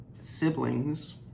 Siblings